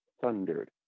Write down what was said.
thundered